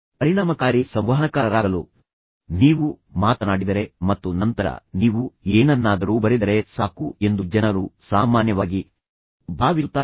ಪರಿಣಾಮಕಾರಿ ಸಂವಹನಕಾರರಾಗಲು ನೀವು ಮಾತನಾಡಿದರೆ ಮತ್ತು ನಂತರ ನೀವು ಏನನ್ನಾದರೂ ಬರೆದರೆ ಸಾಕು ಎಂದು ಜನರು ಸಾಮಾನ್ಯವಾಗಿ ಭಾವಿಸುತ್ತಾರೆ